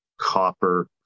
copper